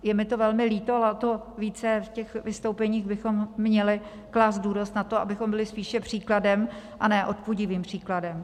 Je mi to velmi líto, ale o to více v těch vystoupeních bychom měli klást důraz na to, abychom byli spíše příkladem, a ne odpudivým příkladem.